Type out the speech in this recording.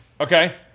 Okay